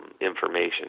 information